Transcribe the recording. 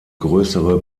größere